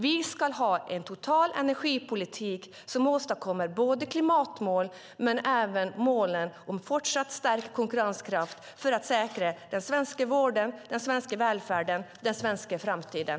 Vi ska ha en total energipolitik som åstadkommer både klimatmål och mål om fortsatt stärkt konkurrenskraft för att säkra den svenska vården, den svenska välfärden och den svenska framtiden.